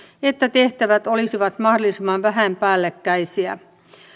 että tehtävät olisivat mahdollisimman vähän päällekkäisiä